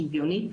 שוויונית,